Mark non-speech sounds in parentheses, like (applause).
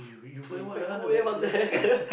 eh quite cool eh what's that (laughs)